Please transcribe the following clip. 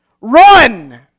Run